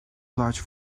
large